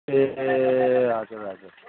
ए हजुर हजुर